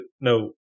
no